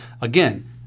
again